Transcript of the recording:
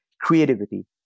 creativity